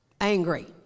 angry